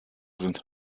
sind